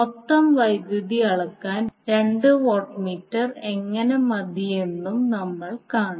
മൊത്തം വൈദ്യുതി അളക്കാൻ രണ്ട് വാട്ട് മീറ്റർ എങ്ങനെ മതിയെന്നും നമ്മൾ കാണും